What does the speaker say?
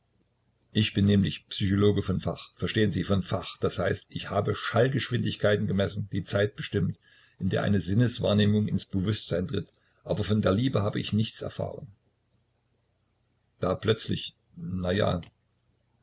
ich bin nämlich psychologe von fach verstehen sie von fach das heißt ich habe schallgeschwindigkeiten gemessen die zeit bestimmt in der eine sinneswahrnehmung ins bewußtsein tritt aber von der liebe habe ich nichts erfahren da plötzlich na ja